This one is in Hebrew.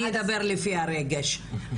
אני אדבר לפי הרגש.